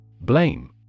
Blame